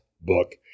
book